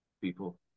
people